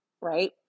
right